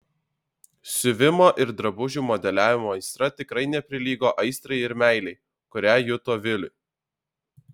siuvimo ir drabužių modeliavimo aistra tikrai neprilygo aistrai ir meilei kurią juto viliui